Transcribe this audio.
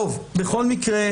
בכל מקרה,